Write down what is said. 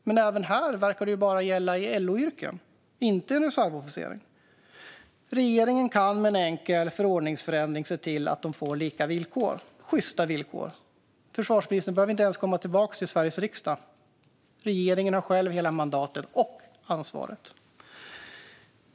Men även här verkar det bara gälla i LO-yrken, inte reservofficerare. Regeringen kan med en enkel förordningsförändring se till att de får lika villkor - sjysta villkor. Försvarsministern behöver inte ens komma tillbaka till Sveriges riksdag, för regeringen har själv hela mandatet - och ansvaret.